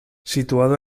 situado